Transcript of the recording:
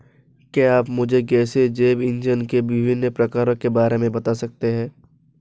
क्या आप मुझे गैसीय जैव इंधन के विभिन्न प्रकारों के बारे में बता सकते हैं?